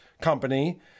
company